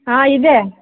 ಹಾಂ ಇದೆ